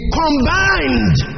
combined